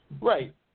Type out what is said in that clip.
Right